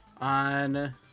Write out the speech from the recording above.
On